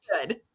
good